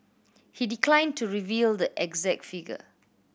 he declined to reveal the exact figure